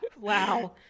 Wow